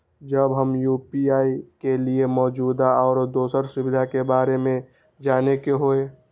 जब हमरा यू.पी.आई के लिये मौजूद आरो दोसर सुविधा के बारे में जाने के होय?